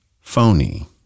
phony